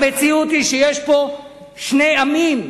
המציאות היא שיש פה שני עמים,